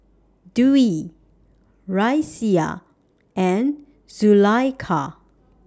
Dwi Raisya and Zulaikha